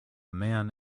man